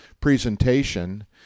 presentation